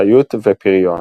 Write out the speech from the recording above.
חיות ופריון.